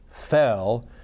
fell